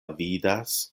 vidas